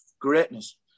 greatness